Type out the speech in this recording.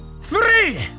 three